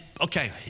Okay